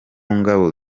ngabo